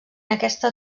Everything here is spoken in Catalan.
aquesta